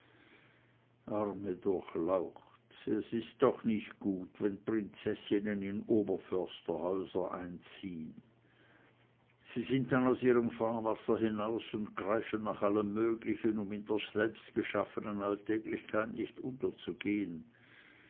arme durchlaucht es ist doch nicht gut wenn prinzessinnen in oberförsterhäuser einziehn sie sind dann aus ihrem fahrwasser heraus und greifen nach allem möglichen um in der selbstgeschaffenen alltäglichkeit nicht unterzugehn